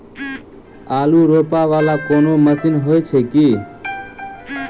आलु रोपा वला कोनो मशीन हो छैय की?